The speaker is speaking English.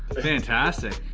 fantastic.